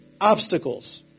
obstacles